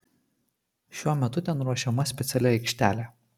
šiuo metu ten ruošiama speciali aikštelė